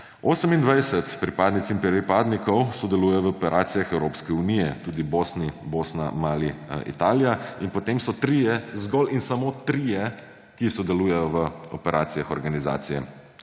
28 pripadnic in pripadnikov sodeluje v operacijah Evropske unije, tudi Bosna, Mali, Italija, in potem so trije, zgolj in samo trije, ki sodelujejo v operacijah Organizacije